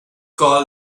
called